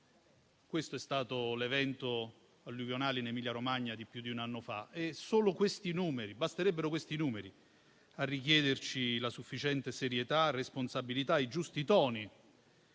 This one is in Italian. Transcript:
Questo è stato l'evento alluvionale in Emilia-Romagna di più di un anno fa. Basterebbero solo questi numeri a richiederci sufficiente serietà, responsabilità e i giusti toni,